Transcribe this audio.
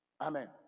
Amen